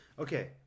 Okay